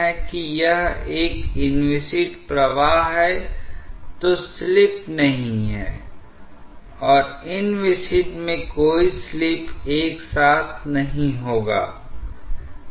अब यहां यह ऊर्जा जो यहां पर वोर्टेक्स के रोटेशन की वजह से है प्रवाह पृथक्करण के कारण कोई योगदान नहीं करती है